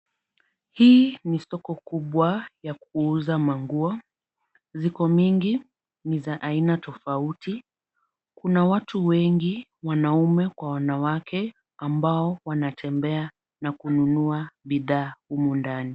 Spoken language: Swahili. Hii ni soko kubwa ya kuuza manguo. Ziko mingi ni za aina tofauti. Kuna watu wengi, wanaume kwa wanawake, ambao wanatembea na kununua bidhaa humu ndani.